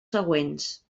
següents